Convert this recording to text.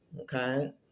Okay